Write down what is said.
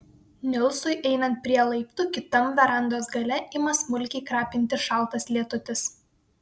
nilsui einant prie laiptų kitam verandos gale ima smulkiai krapinti šaltas lietutis